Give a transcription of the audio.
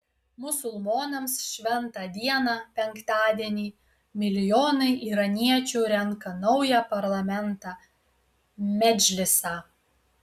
musulmonams šventą dieną penktadienį milijonai iraniečių renka naują parlamentą medžlisą